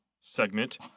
segment